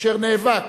אשר נאבק